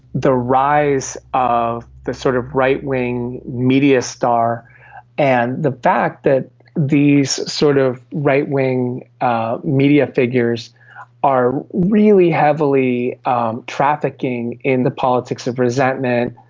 the rise of the sort of right wing media star and the fact that these sort of right wing ah media figures are really heavily um trafficking in the politics of resentment,